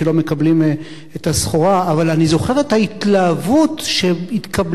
אבל אני זוכר את ההתלהבות שהתקבלה בה כניסתה של רשת "קיקה"